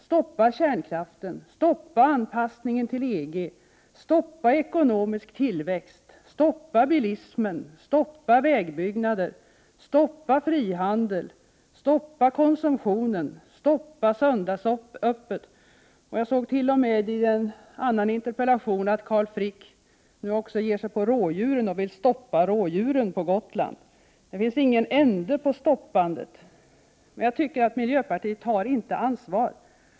Stoppa kärnkraften, stoppa anpassningen til EG, stoppa ekonomisk tillväxt, stoppa bilismen, stoppa vägbygget, stoppa frihandeln, stoppa konsumtionen och stoppa söndagsöppet. Jag såg t.o.m. i en annan interpellation att Carl Frick nu också ger sig på rådjuren, han vill stoppa rådjuren på Gotland. Det finns ingen ände på stoppandet. Jag tycker dock att miljöpartiet inte tar ansvar.